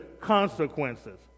consequences